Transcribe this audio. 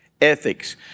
ethics